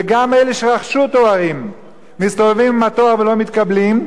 וגם אלה שרכשו תארים מסתובבים עם התואר ולא מתקבלים,